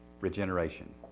regeneration